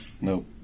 Nope